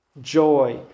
joy